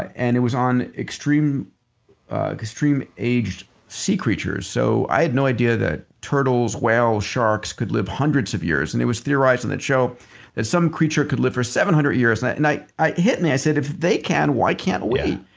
and it was on extreme-aged extreme-aged sea creatures. so i had no idea that turtles, whales, sharks could live hundreds of years and it was theorized on that show that some creature could live for seven hundred years. and it and hit me. i said, if they can why can't we?